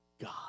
God